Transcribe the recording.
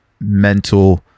mental